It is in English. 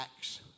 acts